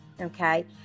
okay